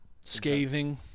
scathing